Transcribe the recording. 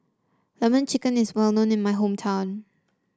lemon chicken is well known in my hometown